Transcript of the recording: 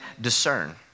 discern